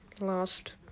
lost